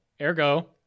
Ergo